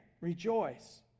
rejoice